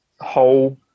whole